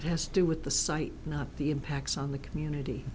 has to do with the site not the impacts on the community